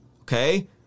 Okay